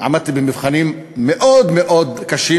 עמדתי במבחנים מאוד מאוד קשים,